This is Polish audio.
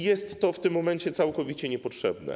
Jest to w tym momencie całkowicie niepotrzebne.